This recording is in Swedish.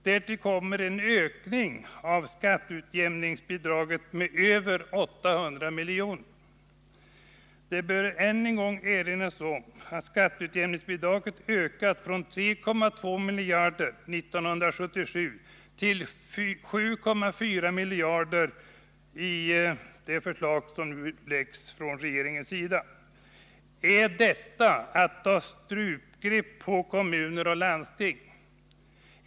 Därtill kommer en ökning av skatteutjämningsbidraget med över 800 milj.kr. Det bör än en gång erinras om att skatteutjämningsbidraget ökat från 3,2 miljarder 1977 till 7,4 miljarder i årets budgetförslag. Är detta att ta strypgrepp på kommuner och landsting?